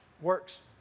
Works